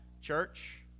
church